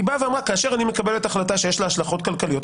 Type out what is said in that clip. היא אמרה: כאשר אני מקבלת החלטה שיש לה השלכות כלכליות,